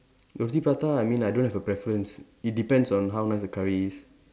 roti prata I mean I don't have a preference it depends on how nice the curry is